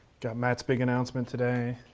got matt's big announcement today.